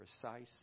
precise